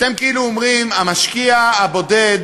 אתם כאילו אומרים שהמשקיע הבודד